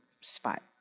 spot